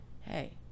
Hey